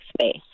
space